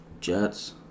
Jets